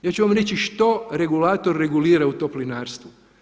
Ja ću vam reći što regulator regulira u toplinarstvu.